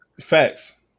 Facts